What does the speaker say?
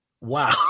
Wow